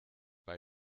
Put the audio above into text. bei